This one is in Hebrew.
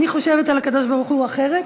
אני חושבת על הקדוש-ברוך-הוא אחרת,